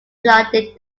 flooded